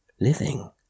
living